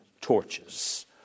torches